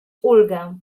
ulgę